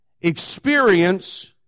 experience